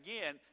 Again